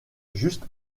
juste